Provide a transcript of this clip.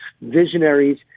visionaries